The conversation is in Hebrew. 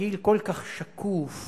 התרגיל כל כך שקוף